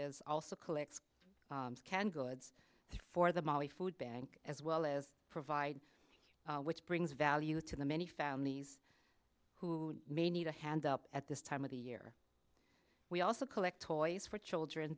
is also collects canned goods for the molly food bank as well as provide which brings value to the many families who may need a hand up at this time of the year we also collect toys for children